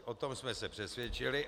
O tom jsme se přesvědčili.